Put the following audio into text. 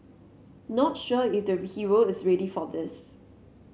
not sure if the hero is ready for this